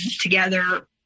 together